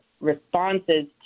responses